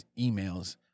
emails